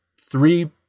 three